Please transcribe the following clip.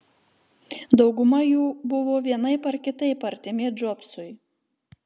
dauguma jų buvo vienaip ar kitaip artimi džobsui